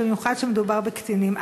במיוחד כשמדובר בקטינים.